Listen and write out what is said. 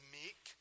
meek